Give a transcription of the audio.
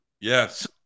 Yes